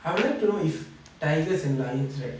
I would like to know if tigers and lions right